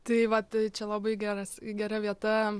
tai vat čia labai geras gera vieta